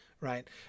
right